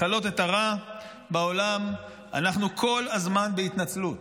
לכלות את הרע בעולם, אנחנו כל הזמן בהתנצלות,